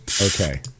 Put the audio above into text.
okay